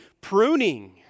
pruning